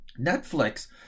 Netflix